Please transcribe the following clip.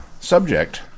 subject